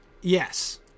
Yes